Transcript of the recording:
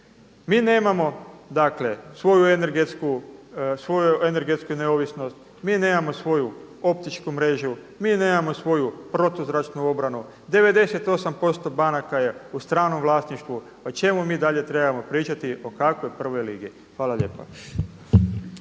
Mi nemamo dakle svoju energetsku neovisnost. Mi nemamo svoju optičku mrežu. Mi nemamo svoju protuzračnu obranu. 98% banaka je u stranom vlasništvu. Pa o čemu mi dalje trebamo pričati, o kakvoj prvoj ligi? Hvala lijepa.